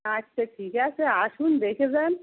আচ্ছা ঠিক আছে আসুন দেখে যান